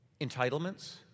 entitlements